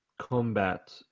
combat